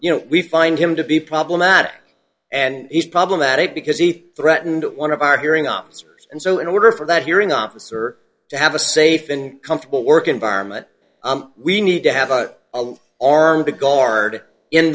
you know we find him to be problematic and he's problematic because he threatened one of our hearing officers and so in order for that hearing officer to have a safe and comfortable work environment we need to have armed the guard in